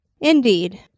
Indeed